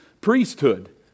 priesthood